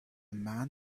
man